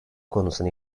konusuna